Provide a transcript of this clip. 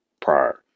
prior